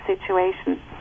situation